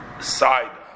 side